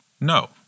no